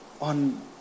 on